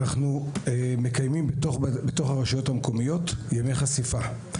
אנחנו מקיימים בתוך הרשויות המקומיות ימי חשיפה,